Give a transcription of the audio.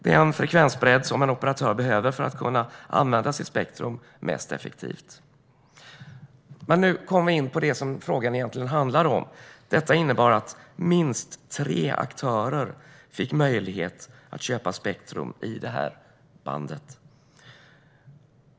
Det är en frekvensbredd som en operatör behöver för att kunna använda sitt spektrum mest effektivt. Nu kommer jag in på det som frågan egentligen handlar om. Detta innebar att minst tre aktörer fick möjlighet att köpa spektrum i det här bandet.